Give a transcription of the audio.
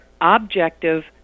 objective